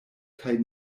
kaj